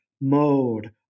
mode